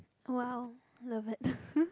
!wow! love it